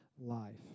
life